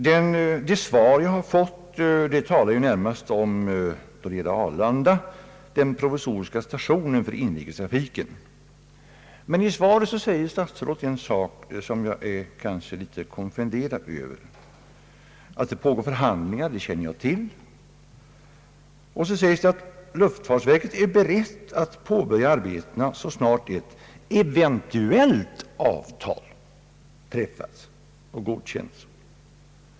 Det svar jag fått talar, vad gäller Arlanda, närmast om den provisoriska stationen för inrikestrafiken. Men i svaret säger statsrådet en sak som jag är något konfunderad över. Att det pågår förhandlingar känner jag till, men nu sägs det att luftfartsverket är berett att påbörja arbetena så snart ett eventuellt avtal träffats och godkänts.